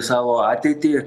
savo ateitį